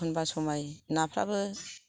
एखमबा समाय ना फ्राबो